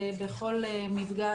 בכל מפגש,